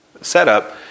setup